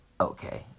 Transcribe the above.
Okay